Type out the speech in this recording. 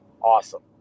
Awesome